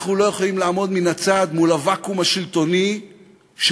אנחנו לא יכולים לעמוד מן הצד מול הוואקום השלטוני שהוליד